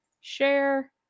Share